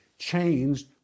changed